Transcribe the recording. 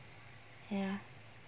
ya